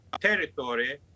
territory